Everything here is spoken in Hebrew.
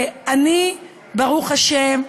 ואני, ברוך השם,